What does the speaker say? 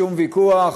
שום ויכוח.